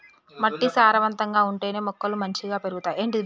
మట్టి సారవంతంగా ఉంటేనే మొక్కలు మంచిగ పెరుగుతాయి